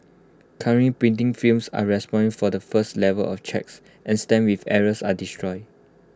currently printing firms are responsible for the first level of checks and stamps with errors are destroyed